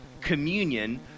communion